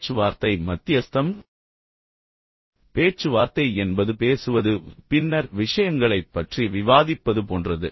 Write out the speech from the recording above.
பேச்சுவார்த்தை மத்தியஸ்தம் பேச்சுவார்த்தை என்பது பேசுவது பின்னர் விஷயங்களைப் பற்றி விவாதிப்பது போன்றது